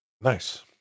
Nice